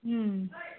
ம்